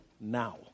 now